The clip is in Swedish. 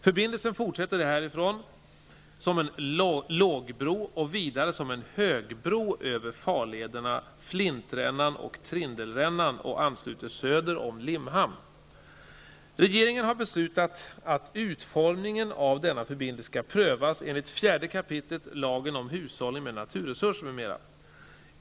Förbindelsen fortsätter härifrån som en lågbro och vidare som en högbro över farlederna Regeringen har beslutat att utformningen av denna förbindelse skall prövas enligt 4 kap. lagen om hushållning med naturresurser m.m.